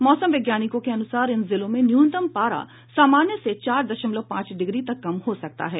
मौसम वैज्ञानिकों के अनुसार इन जिलों में न्यूनतम पारा सामान्य से चार दशमलव पांच डिग्री तक कम हो सकता है